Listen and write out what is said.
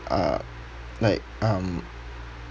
uh like um